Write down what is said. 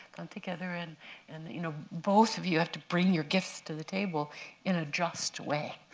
together. and and you know both of you have to bring your gifts to the table in a just way.